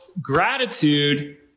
gratitude